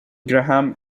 graham